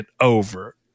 over